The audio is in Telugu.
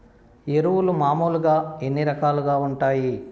ఎరువులు మామూలుగా ఎన్ని రకాలుగా వుంటాయి?